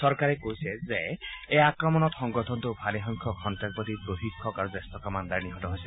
চৰকাৰে কৈছে যে এই আক্ৰমণত সংগঠনটোৰ ভালেসংখ্যক সন্ত্ৰাসবাদী প্ৰশিক্ষক আৰু জেষ্ঠ কামাণ্ডাৰ নিহত হৈছে